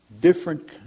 different